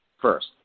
first